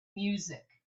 music